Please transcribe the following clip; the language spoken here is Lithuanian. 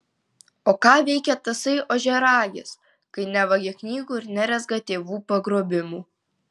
o ką veikia tasai ožiaragis kai nevagia knygų ir nerezga tėvų pagrobimų